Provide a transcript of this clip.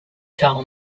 tell